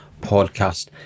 podcast